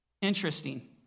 Interesting